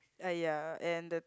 ah ya and the